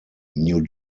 new